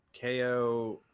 Ko